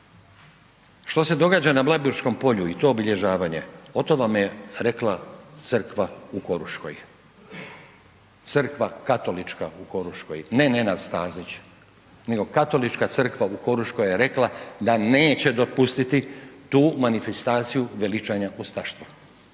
što se događa na Blajburškom polju i to obilježavanje o tom vam je rekla crkva u Koruškoj. Crkva Katolička u Koruškoj, ne Nenad Stazić, nego Katolička crkva u Koruškoj je rekla da neće dopustiti tu manifestaciju veličanja ustaštva,